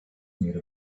made